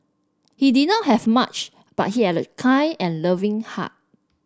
he did not have much but he had a kind and loving heart